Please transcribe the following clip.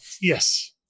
yes